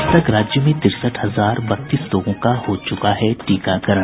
अब तक राज्य में तिरसठ हजार बत्तीस लोगों का हो चुका है टीकाकरण